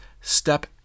step